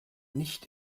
nicht